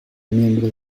miembro